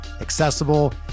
accessible